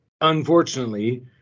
Unfortunately